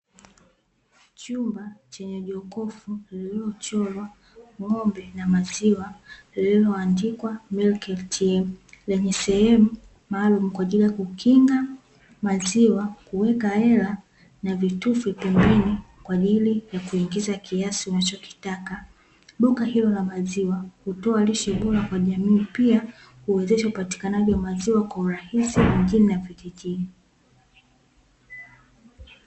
Chumba chenye jokofu lilichorwa ng'ombe na maziwa lililoandikwa; "milk ATM" lenye sehemu maalum kwa ajili ya kukinga maziwa, kuweka hela, na vitufe pembeni kwa ajili ya kuingiza kiasi unachokitaka. Duka hilo la maziwa hutoa lishe bora kwa jamii, pia huwezesha upatikanavyo maziwa kwa urahisi mwingine na vijijini.